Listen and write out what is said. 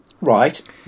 right